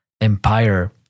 Empire